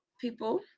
people